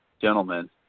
gentlemen